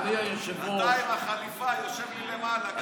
אתה עם החליפה יושב לי למעלה, גם.